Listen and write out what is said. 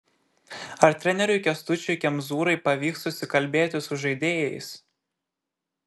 ar treneriui kęstučiui kemzūrai pavyks susikalbėti su žaidėjais